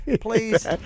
please